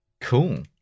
Cool